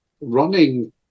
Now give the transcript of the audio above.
running